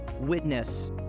witness